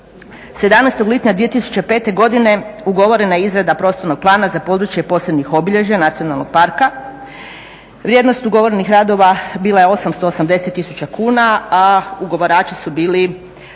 17. lipnja 2005. godine ugovorena je izrada prostornog plana za područje posebnih obilježja nacionalnog parka. Vrijednost ugovorenih radova bila je 880 tisuća kuna a ugovarači su bili